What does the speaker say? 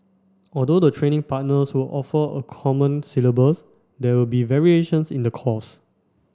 although the training partners will offer a common syllabus there will be variations in the course